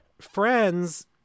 Friends